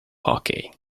hockey